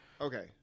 Okay